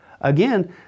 Again